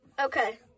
Okay